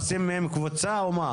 עושים מהם קבוצה או מה?